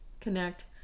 connect